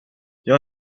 jag